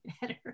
better